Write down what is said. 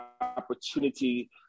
opportunity